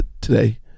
today